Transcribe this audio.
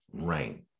rain